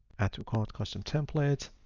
add to cart custom template.